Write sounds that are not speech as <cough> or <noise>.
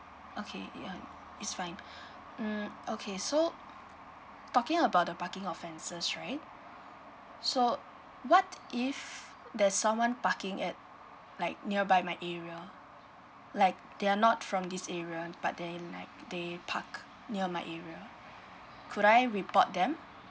okay ya it's fine <breath> mm okay so talking about the parking offences right so what if there's someone parking at like nearby my area like they're not from this area but they like they park near my area could I report them